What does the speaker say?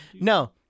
No